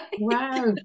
Wow